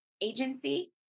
agency